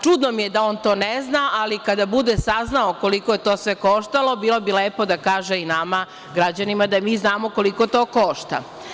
Čudno mi je da on to ne zna, ali kada bude saznao koliko je to sve koštalo bilo bi lepo da kaže i nama, građanima, da i mi znamo koliko to košta.